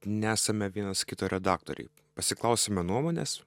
nesame vienas kito redaktoriai pasiklausiame nuomonės